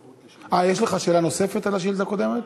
אה, יש לך שאלה נוספת על השאילתה הקודמת.